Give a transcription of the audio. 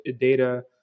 data